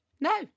No